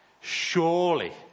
Surely